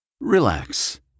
Relax